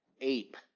ape